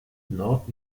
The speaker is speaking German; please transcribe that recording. nord